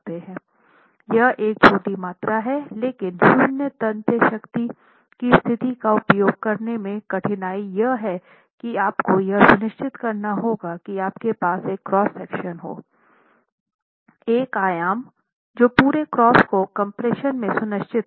यह एक छोटी मात्रा है लेकिन शून्य तन्य शक्ति की स्थिति का उपयोग करने में कठिनाई यह है कि आपको यह सुनिश्चित करना होगा की आपके पास एक क्रॉस सेक्शन हो एक आयाम जो पूरे क्रॉस को कम्प्रेशन में सुनिश्चित करे